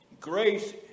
grace